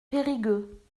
périgueux